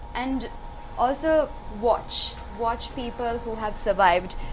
and also. watch! watch people who have survived.